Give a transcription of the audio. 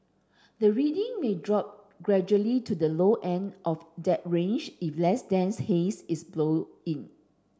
the reading may drop gradually to the low end of that range if less dense haze is blown in